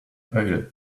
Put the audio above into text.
oil